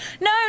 no